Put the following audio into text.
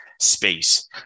space